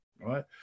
right